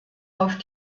auf